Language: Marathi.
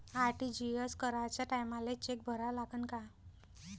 आर.टी.जी.एस कराच्या टायमाले चेक भरा लागन का?